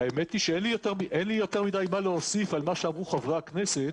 האמת היא שאין לי יותר מדי מה להוסיף על מה שאמרו חברי הכנסת.